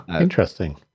Interesting